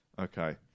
Okay